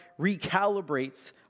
recalibrates